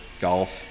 Golf